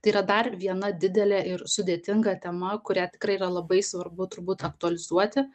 tai yra dar viena didelė ir sudėtinga tema kurią tikrai yra labai svarbu turbūt aktualizuoti